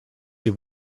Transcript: your